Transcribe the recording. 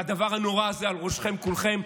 והדבר הנורא הזה על ראש כולכם,